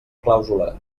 clàusula